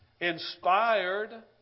inspired